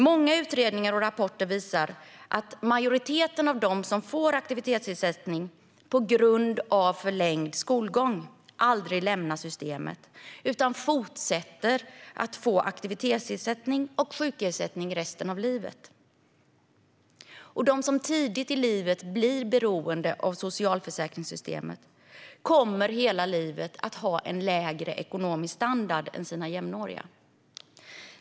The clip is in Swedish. Många utredningar och rapporter visar att majoriteten av dem som får aktivitetsersättning på grund av förlängd skolgång aldrig lämnar systemet utan fortsätter att få aktivitetsersättning och sjukersättning resten av livet. De som tidigt i livet blir beroende av socialförsäkringssystemet kommer hela livet att ha en lägre ekonomisk standard än sina jämnåriga.